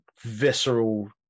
visceral